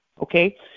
okay